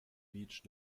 beach